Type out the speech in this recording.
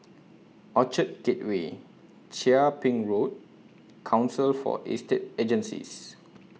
Orchard Gateway Chia Ping Road and Council For Estate Agencies